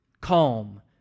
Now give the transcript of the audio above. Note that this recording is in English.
Calm